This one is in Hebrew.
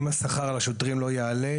אם השכר לשוטרים לא יעלה,